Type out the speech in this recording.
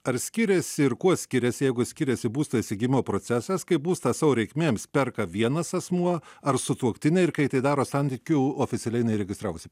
ar skiriasi ir kuo skiriasi jeigu skiriasi būsto įsigijimo procesas kai būstą savo reikmėms perka vienas asmuo ar sutuoktiniai ir kai tai daro santykių oficialiai neįregistravusi